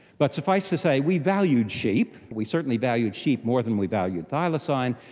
but suffice to say we valued sheep, we certainly valued sheep more than we valued thylacine,